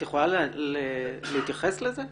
את יכולה להתייחס לזה?